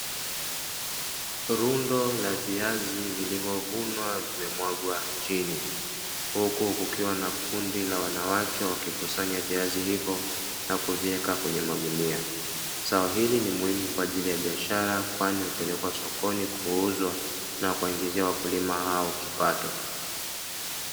Rundo la viazi vilivyovunwa vimemwagwa chini, huku kukiwa na kundi la wanawake wakikusanya viazi hivyo na kuviweka kwenye magunia. Zao hili ni muhimu kwa ajili ya biashara kwani hupelekwa sokoni kuuzwa na kuwaingizia wakulima hao kipato.